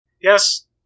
Yes